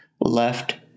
left